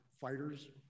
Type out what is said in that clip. fighters